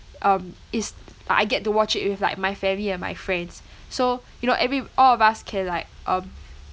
um is I get to watch it with like my family and my friends so you know every~ all of us can like um